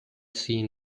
seen